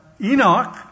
Enoch